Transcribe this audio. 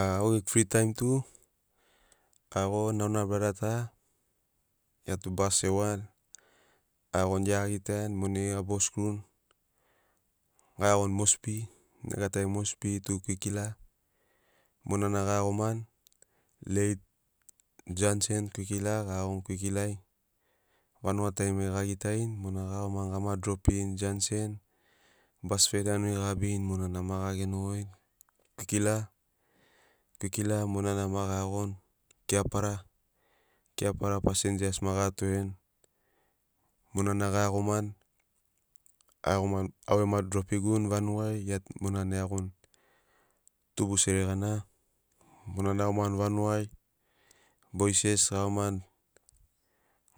A au gegu fri taim tu a iagoni au na brada ta gia tu basi ewani a iagoni gia a gitaiani monai a bos kruni gaiagoni mosbi negatari mosbi tu kwikila monana ga iagomani leit junction kwikila ga iagoni kwikila ai vanuga tarimari ga gitarini monai ga iagomani gama dropirini junction ai bas fe danuri ga gabirini monana ma ga genogoini kwikila. Kwikila monana ma ga iagoni keapara, keapara passengers ma ga torerini monana ga iagomani au gema drpiguni vanugai gia tu monana eiagoni tubusere gana monana e iagomani vanugai bois gesi ga iagomani